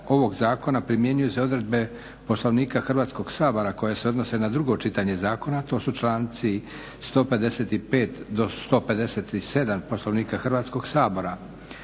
Hrvatskoga sabora